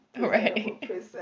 right